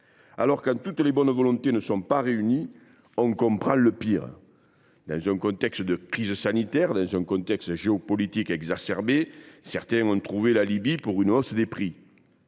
Alors, quand toutes les bonnes volontés ne sont pas réunies, on craint le pire. Dans un contexte de crise sanitaire et de tensions géopolitiques exacerbées, certains ont trouvé un alibi pour augmenter leurs prix.